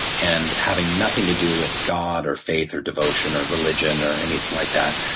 and having nothing to do with god or faith or devotion or religion or anything like that,